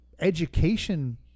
education